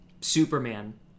superman